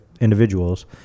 individuals